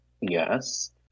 yes